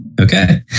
Okay